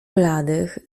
bladych